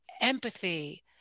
empathy